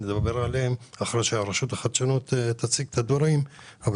אכן רשות החדשנות תציג את הדברים אבל